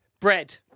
Bread